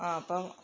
ആ അപ്പോള്